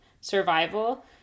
survival